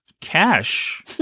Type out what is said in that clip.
cash